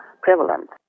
prevalent